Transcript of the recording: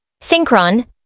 Synchron